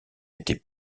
été